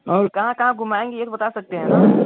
और कहाँ कहाँ घुमाएंगे ये तो बता सकते हें न